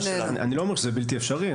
אני לא אומר שזה בלתי אפשרי,